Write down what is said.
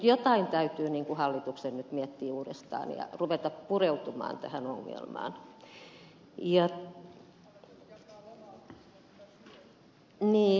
jotain täytyy nyt hallituksen miettiä uudestaan ja ruveta pureutumaan tähän ongelmaan